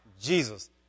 Jesus